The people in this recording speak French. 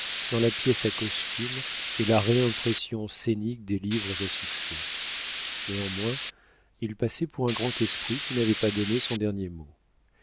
dans la pièce à costumes et la réimpression scénique des livres à succès néanmoins il passait pour un grand esprit qui n'avait pas donné son dernier mot